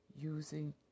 using